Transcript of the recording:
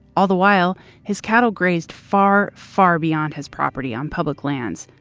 all the while his cattle grazed far, far beyond his property on public lands,